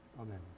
Amen